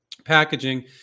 Packaging